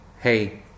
hey